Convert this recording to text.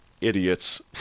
idiots